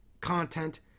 content